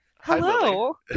Hello